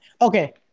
Okay